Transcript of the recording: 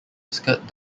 skirt